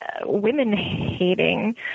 women-hating